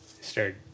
start